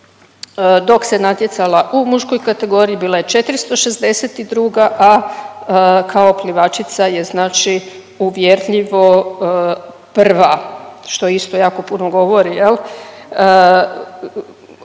dok se natjecala u muškoj kategoriji bila je 462., a kao plivačica je znači uvjerljivo prva, što isto jako puno govori jel